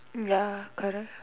ya correct